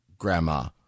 grandma